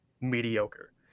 mediocre